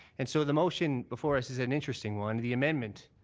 and so the motion before us is an interesting one. the amendment,